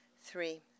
Three